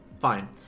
Fine